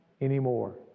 anymore